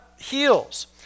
heals